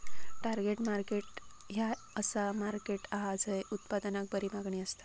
target market ह्या असा market हा झय उत्पादनाक बरी मागणी असता